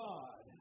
God